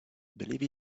believe